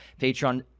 Patreon